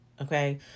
Okay